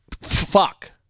fuck